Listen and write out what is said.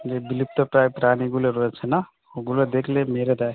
যে বিলুপ্তপ্রায় প্রাণীগুলো রয়েছে না ওগুলো দেখলে মেরে দেয়